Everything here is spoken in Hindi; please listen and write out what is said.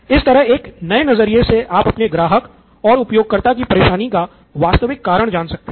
इस तरह एक नए नज़रिये से आप अपने ग्राहक और उपयोगकर्ता कि परेशानी का वास्तविक कारण जान सकते हैं